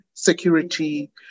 security